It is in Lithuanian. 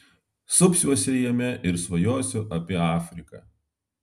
supsiuosi jame ir svajosiu apie afriką